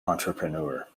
entrepreneur